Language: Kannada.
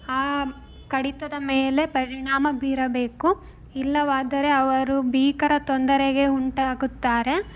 ಆ ಕಡಿತದ ಮೇಲೆ ಪರಿಣಾಮ ಬೀರಬೇಕು ಇಲ್ಲವಾದರೆ ಅವರು ಭೀಕರ ತೊಂದರೆಗೆ ಉಂಟಾಗುತ್ತಾರೆ